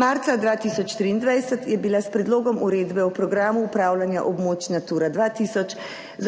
Marca 2023 je bila s predlogom uredbe o programu upravljanja območja Natura 2000